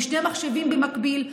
עם שני מחשבים במקביל,